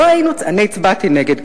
אני הצבעתי נגד,